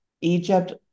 Egypt